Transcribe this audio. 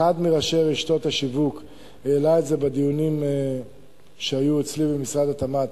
אחד מראשי רשתות השיווק העלה את זה בדיונים שהיו אצלי במשרד התמ"ת